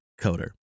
coder